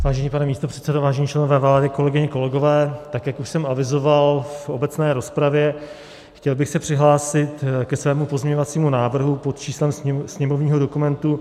Vážený pane místopředsedo, vážení členové vlády, kolegyně, kolegové, tak jak již jsem avizoval v obecné rozpravě, chtěl bych se přihlásit ke svému pozměňovacímu návrhu pod číslem sněmovního dokumentu 5909.